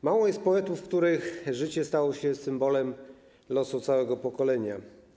Mało jest poetów, których życie stało się symbolem losu całego pokolenia.